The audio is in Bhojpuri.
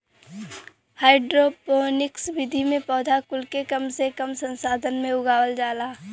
हाइड्रोपोनिक्स विधि में पौधा कुल के कम से कम संसाधन में उगावल जाला